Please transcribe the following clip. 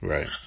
Right